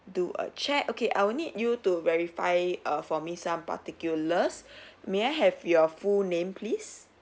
do a check okay I will need you to verify err for me some particulars may I have your full name please